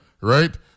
right